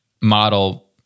model